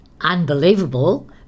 Unbelievable